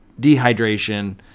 dehydration